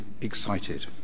excited